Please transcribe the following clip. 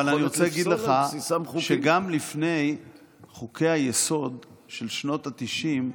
אבל אני רוצה להגיד לך שגם לפני חוקי-היסוד של שנות התשעים,